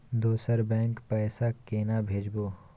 दोसर बैंक पैसा केना भेजबै?